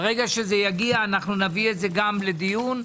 כשיגיע, נביא גם לדיון.